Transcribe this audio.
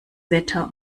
wetter